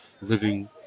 living